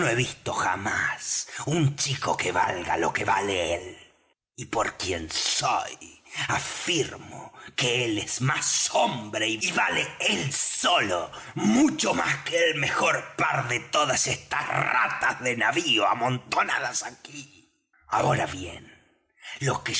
he visto jamás un chico que valga lo que vale él y por quien soy afirmo que él es más hombre y vale él solo mucho más que el mejor par de todas estas ratas de navío amontonadas aquí ahora bien lo que